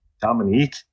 Dominique